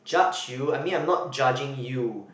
judge you I mean I'm not judging you